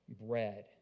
bread